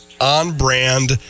on-brand